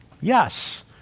yes